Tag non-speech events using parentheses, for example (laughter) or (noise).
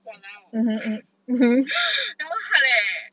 !walao! (laughs) that one hard leh